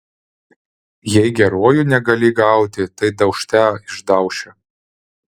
jei geruoju negali gauti tai daužte išdauši